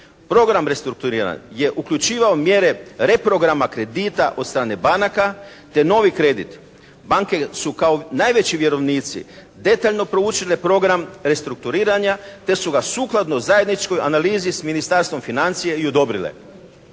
Program restrukturiranja je uključivao mjere reprograma kredita od strane banaka te novi kredit. Banke su kao najveći vjerovnici detaljno proučile program restrukturiranja te su ga sukladno zajedničkoj analizi s Ministarstvom financija i odobrile.